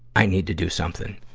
i need to do something.